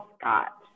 Scott